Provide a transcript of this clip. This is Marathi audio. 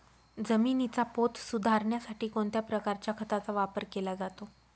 जमिनीचा पोत सुधारण्यासाठी कोणत्या प्रकारच्या खताचा वापर केला जातो?